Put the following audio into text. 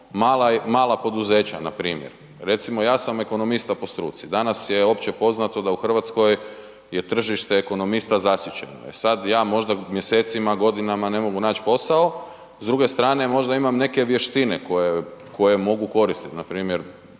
mala poduzeća npr. recimo ja sam ekonomista po struci, danas je opće poznato da u Hrvatskoj je tržište ekonomista zasićeno, e sad ja možda mjesecima, godinama ne mogu naći posao, s druge strane možda imam neke vještine koje mogu koristiti npr. ne